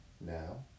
Now